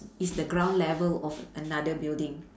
it's the ground level of another building